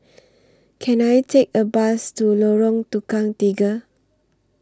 Can I Take A Bus to Lorong Tukang Tiga